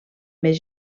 més